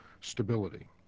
stability